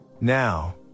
Now